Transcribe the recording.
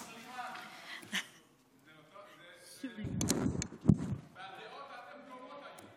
בדעות אתן דומות היום.